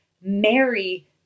marry